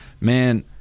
man